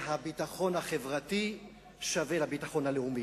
שהביטחון החברתי שווה לביטחון הלאומי.